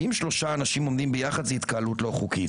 אם שלושה אנשים עומדים ביחד, זו התקהלות לא חוקית.